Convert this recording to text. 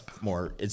more